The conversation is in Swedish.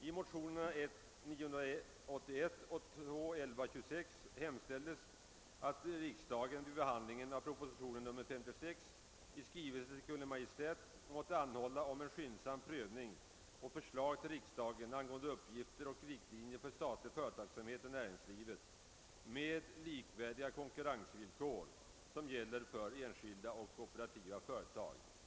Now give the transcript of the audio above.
I motionerna I: 981 och II: 1126 hemställs att riksdagen vid behandling av proposition nr 56 i skrivelse till Kungl. Maj:t måtte anhålla om en skyndsam prövning och förslag till riksdagen angående uppgifter och riktlinjer för statlig företagsamhet i näringslivet på samma konkurrensvillkor som gäller för enskilda och kooperativa företag.